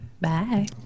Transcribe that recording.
Bye